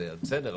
אז בסדר,